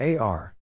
AR